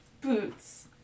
Boots